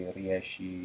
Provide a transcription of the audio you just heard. riesci